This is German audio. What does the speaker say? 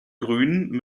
grün